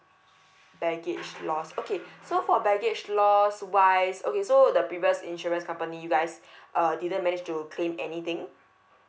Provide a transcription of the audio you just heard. bagagge loss okay so for baggage loss wise okay so the previous insurance company you guys uh didn't manage to claim anything